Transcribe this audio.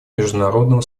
международного